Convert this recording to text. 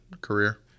career